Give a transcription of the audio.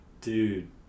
Dude